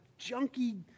junky